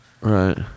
Right